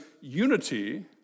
unity